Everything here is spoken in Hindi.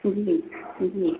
जी जी